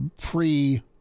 pre